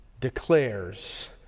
declares